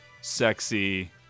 sexy